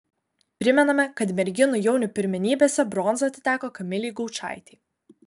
primename kad merginų jaunių pirmenybėse bronza atiteko kamilei gaučaitei